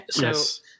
Yes